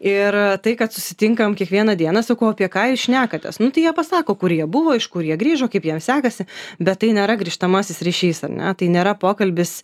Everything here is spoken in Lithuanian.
ir tai kad susitinkam kiekvieną dieną sakau o apie ką jūs šnekate nu tai jie pasako kur jie buvo iš kur jie grįžo kaip jiem sekasi bet tai nėra grįžtamasis ryšys ar ne tai nėra pokalbis